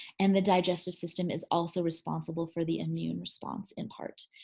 and the digestive system is also responsible for the immune response in part